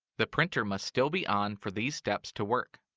the printer must still be on for these steps to work.